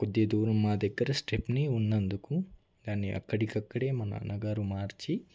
కొద్ది దూరం మా దగ్గర స్టెపెనీ ఉన్నందుకు దాన్ని అక్కడికక్కడే మా నాన్నగారు మార్చి